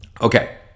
Okay